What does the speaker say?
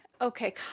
okay